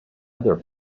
other